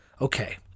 Okay